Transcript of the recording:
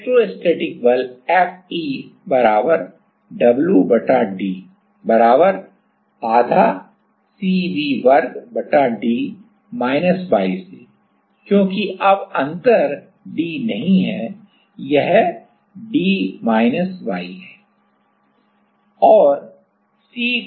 electrostatic बल Fe w बटा d आधा CVवर्ग बटा d माइनस y से क्योंकि अब अंतर d नहीं है यह d माइनस y है